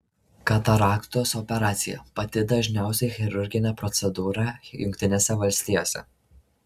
kataraktos operacija pati dažniausia chirurginė procedūra jungtinėse valstijose